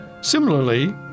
Similarly